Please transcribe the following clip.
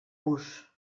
vos